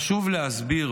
חשוב להסביר,